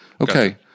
Okay